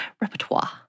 repertoire